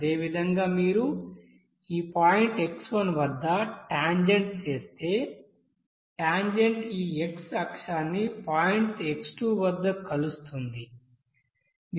అదేవిధంగా మీరు ఈ పాయింట్ x1 వద్ద టాంజెంట్ చేస్తే టాంజెంట్ ఈ x అక్షాన్ని పాయింట్ x2 వద్ద కలుస్తుంది